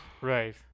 Right